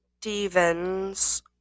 Stevens